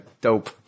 dope